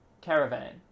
caravan